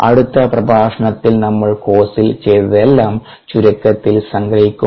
അടുത്ത പ്രഭാഷണത്തിൽ നമ്മൾ കോഴ്സിൽ ചെയ്തതെല്ലാം ചുരുക്കത്തിൽ സംഗ്രഹിക്കും